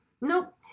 Nope